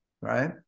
right